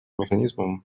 механизмом